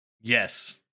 yes